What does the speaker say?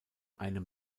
einem